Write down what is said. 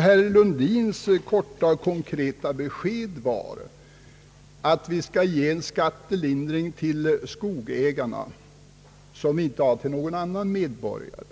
Herr Brundins korta och konkreta besked var att vi skulle ge skogsägarna en skattelindring, som inte någon annan medborgargrupp